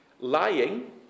Lying